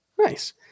Nice